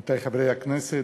עמיתי חברי הכנסת,